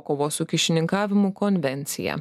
kovos su kyšininkavimu konvenciją